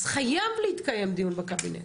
אז חייב להתקיים דיון בקבינט.